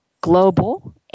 global